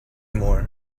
more